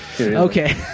Okay